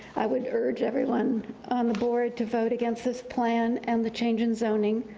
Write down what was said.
i would urge everyone on the board to vote against this plan and the change in zoning.